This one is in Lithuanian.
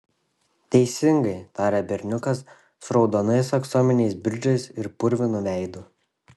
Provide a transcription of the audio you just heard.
teisingai tarė berniukas su raudonais aksominiais bridžais ir purvinu veidu